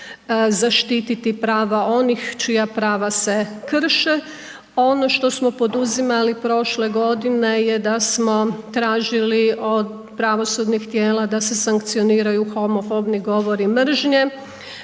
zaštititi prava onih čija prava se krše, ono što smo poduzimali prošle godine je da smo tražili od pravosudnih tijela da se sankcioniraju homofobni govori mržnje,